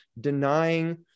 denying